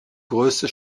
größte